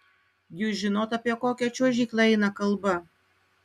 jūs žinot apie kokią čiuožyklą eina kalba